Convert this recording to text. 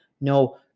no